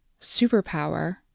superpower